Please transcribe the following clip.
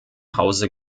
hause